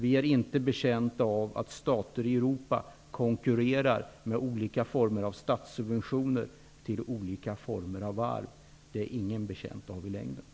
Vi är inte betjänta av att stater i Europa konkurrerar med olika former av statssubventioner till olika slags varv. Det är ingen i längden betjänt av.